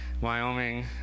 Wyoming